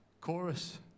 chorus